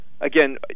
again